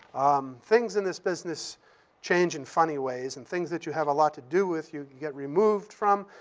things in this business change in funny ways, and things that you have a lot to do with you get removed from,